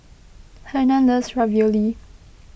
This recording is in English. Hernan loves Ravioli